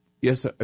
Yes